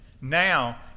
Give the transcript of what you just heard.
now